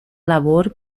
labor